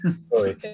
Sorry